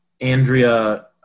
Andrea